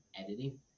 editing